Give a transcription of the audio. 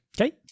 Okay